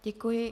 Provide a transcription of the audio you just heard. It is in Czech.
Děkuji.